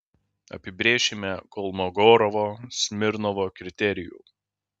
apibrėšime kolmogorovo smirnovo kriterijų